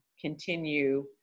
continue